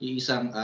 isang